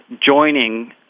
joining